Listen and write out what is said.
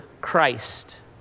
Christ